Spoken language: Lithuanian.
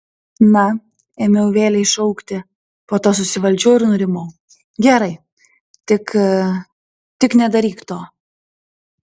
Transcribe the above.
na ėmiau vėlei šaukti po to susivaldžiau ir nurimau gerai tik tik nedaryk to